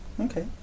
Okay